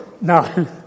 No